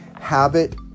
Habit